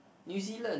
New Zealand